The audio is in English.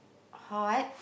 hot